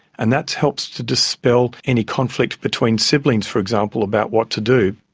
and that has helped to dispel any conflict between siblings, for example, about what to do.